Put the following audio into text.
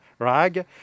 Rag